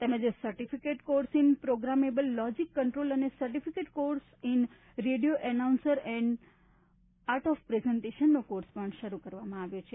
તેમજ certificate course in programmable logic controller અને certificate course on radio announcer and art of પ્રેઝન્ટેશનનો course શરૂ કરવામાં આવ્યો છે